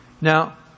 Now